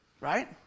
Right